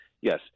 yes